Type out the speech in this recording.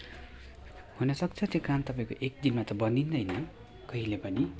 हुनसक्छ त्यो काम तपाईँको एकदिनमा त बनिँदैन कहिले पनि